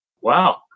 Wow